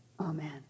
Amen